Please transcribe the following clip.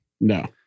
No